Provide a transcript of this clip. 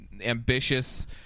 ambitious